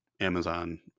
Amazon